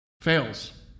fails